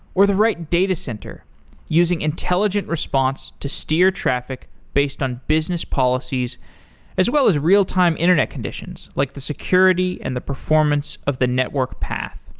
or the right datacenter using intelligent response to steer traffic based on business policies as well as real time internet conditions, like the security and the performance of the network path.